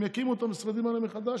הם יקימו את המשרדים האלה מחדש,